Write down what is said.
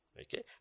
Okay